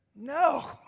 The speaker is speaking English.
No